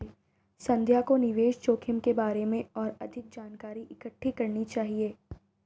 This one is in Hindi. संध्या को निवेश जोखिम के बारे में और अधिक जानकारी इकट्ठी करनी चाहिए